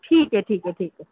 ٹھیک ہے ٹھیک ہے ٹھیک ہے